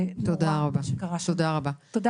זה נורא מה שקרה שם.